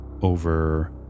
over